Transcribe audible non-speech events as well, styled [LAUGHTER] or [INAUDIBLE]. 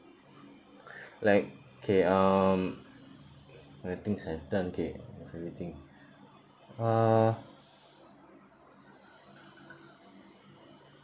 [BREATH] like okay um all the things I've done okay worth everything uh